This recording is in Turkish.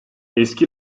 eski